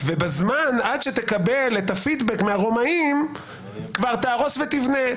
ועד שתקבל את הפידבק מהרומאים כבר תהרוס ותבנה,